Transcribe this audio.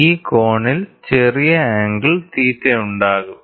ഈ കോണിൽ ചെറിയ ആംഗിൾ θ ഉണ്ടാകും